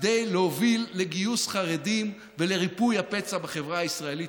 כדי להוביל לגיוס חרדים ולריפוי הפצע בחברה הישראלית.